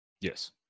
Yes